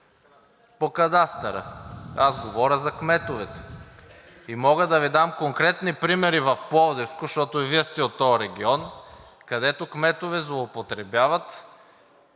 по кадастър, аз говоря за кметовете. Мога да Ви дам конкретни примери в Пловдивско, защото и Вие сте от този регион, където кметове злоупотребяват,